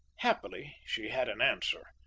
happily, she had an answer.